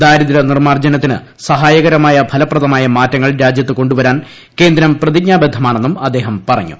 ദാരിദ്ര്യ നിർമ്മാർജ്ജനത്തിന് സഹായകരമായ ഫലപ്രദമായ മാറ്റങ്ങൾ രാജ്യത്ത് കൊണ്ടുവരാൻ കേന്ദ്രം പ്രതിജ്ഞാബദ്ധമാണെന്നും അദ്ദേഹം പറഞ്ഞു